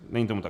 Není tomu tak.